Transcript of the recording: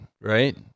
right